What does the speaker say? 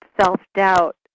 self-doubt